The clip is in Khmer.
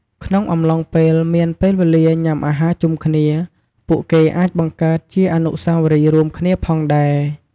ក្នុងអំឡុងពេលមានពេលវេលាញុំាអាហារជុំគ្នា ពួកគេអាចបង្កើតជាអនុស្សាវរីយ៏រួមគ្នាផងដែរ។